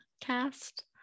cast